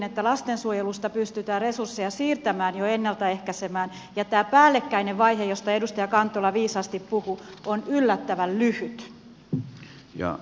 kun lastensuojelusta pystytään resursseja siirtämään ja ennalta ehkäisemään niin tämä päällekkäinen vaihe josta edustaja kantola viisaasti puhui on yllättävän lyhyt